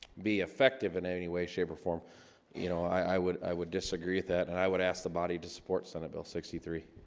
be effective in any way shape or form you know i would i would disagree with that and i would ask the body to support senate bill sixty three